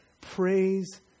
Praise